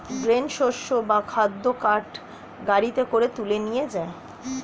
grain শস্য বা খাদ্য কার্ট গাড়িতে করে তুলে নিয়ে যায়